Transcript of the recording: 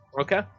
Okay